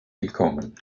willkommen